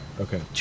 Okay